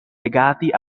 legati